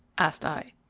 asked i.